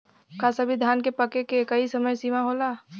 का सभी धान के पके के एकही समय सीमा होला?